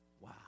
Wow